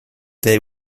they